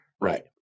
Right